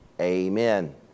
Amen